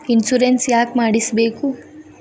Insurance ಯಾಕ್ ಮಾಡಿಸಬೇಕು?